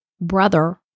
brother